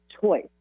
choice